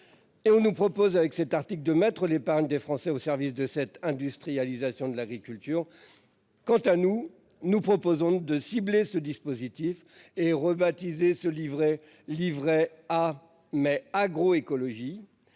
Et on nous propose avec cet article de mettre l'épargne des Français au service de cette industrialisation de l'agriculture. Quant à nous nous proposons de cibler ce dispositif est rebaptisé ce livret Livret A mais agro-écologie